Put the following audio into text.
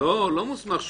לא, לא מוסמך.